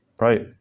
right